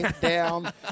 down